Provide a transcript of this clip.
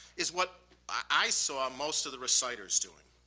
is what i saw most of the reciters doing.